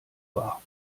war